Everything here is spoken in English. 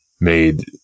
made